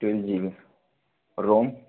तीन G B और रोम